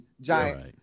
Giants